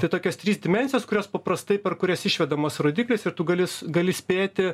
tai tokios trys dimensijos kurios paprastai per kurias išvedamas rodiklis ir tu gali gali spėti